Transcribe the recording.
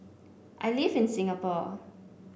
I live in Singapore